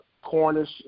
Cornish